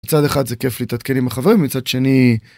מצד אחד זה כיף להתעדכן עם החברים מצד שני.